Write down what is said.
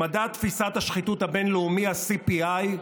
במדד תפיסת השחיתות הבין-לאומי, ה-CPI,